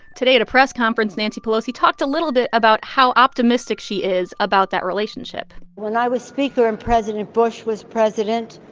today at a press conference, nancy pelosi talked a little bit about how optimistic she is about that relationship when i was speaker and president bush was president,